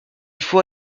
faut